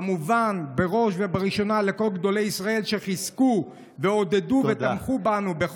כמובן בראש ובראשונה לכל גדולי ישראל שחיזקו ועודדו ותמכו בנו,